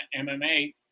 mma